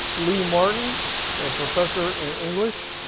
lee martin, a professor in english.